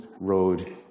road